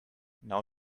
now